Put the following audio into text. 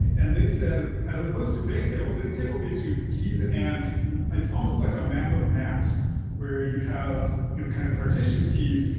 and they said, as supposed to bigtable, bigtable gives you keys and it's almost like a map of maps where you have kind of partition keys,